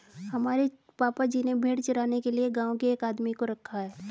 हमारे पापा जी ने भेड़ चराने के लिए गांव के एक आदमी को रखा है